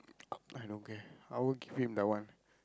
I don't care I will give him that one